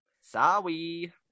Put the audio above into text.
Sorry